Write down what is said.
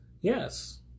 Yes